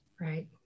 Right